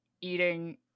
eating